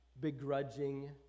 begrudging